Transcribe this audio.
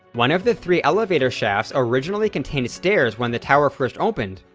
one of the three elevator shafts originally contained stairs when the tower first opened,